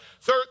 Third